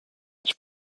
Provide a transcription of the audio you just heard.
its